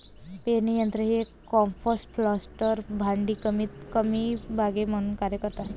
पेरणी यंत्र हे कॉम्पॅक्ट प्लांटर भांडी कमीतकमी बागे म्हणून कार्य करतात